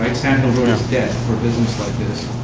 sample root is dead for business like this,